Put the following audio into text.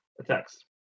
attacks